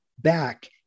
back